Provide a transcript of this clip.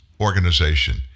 organization